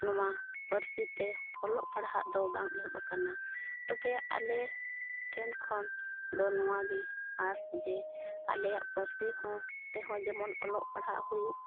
ᱱᱚᱣᱟ ᱯᱟᱹᱨᱥᱤᱛᱮ ᱚᱞᱚᱜ ᱯᱟᱲᱦᱟᱜ ᱫᱚ ᱵᱟᱝ ᱮᱦᱚᱵ ᱟᱠᱟᱱᱟ ᱛᱚᱵᱮ ᱟᱞᱮᱴᱷᱮᱱ ᱠᱷᱚᱱ ᱱᱚᱣᱟᱜᱮ ᱟᱥ ᱡᱮ ᱟᱞᱮᱭᱟᱜ ᱯᱟᱹᱨᱥᱤ ᱛᱮᱦᱚᱸ ᱡᱮᱢᱚᱱ ᱚᱞᱚᱜ ᱯᱟᱲᱦᱟᱜ ᱦᱩᱭᱩᱜ